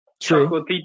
True